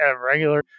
regular